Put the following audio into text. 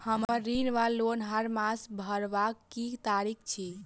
हम्मर ऋण वा लोन हरमास भरवाक की तारीख अछि?